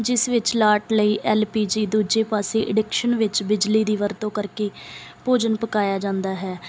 ਜਿਸ ਵਿੱਚ ਲਾਟ ਲਈ ਐਲ ਪੀ ਜੀ ਦੂਜੇ ਪਾਸੇ ਅਡਿਕਸ਼ਨ ਵਿੱਚ ਬਿਜਲੀ ਦੀ ਵਰਤੋਂ ਕਰਕੇ ਭੋਜਨ ਪਕਾਇਆ ਜਾਂਦਾ ਹੈ